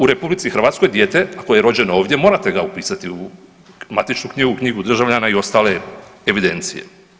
U RH dijete koje je rođeno ovdje, morate ga upisati u matičnu knjigu, knjigu državljana i ostale evidencije.